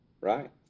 Right